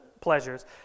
pleasures